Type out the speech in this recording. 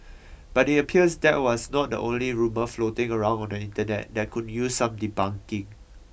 but it appears that was not the only rumour floating around on the Internet that could use some debunking